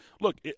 look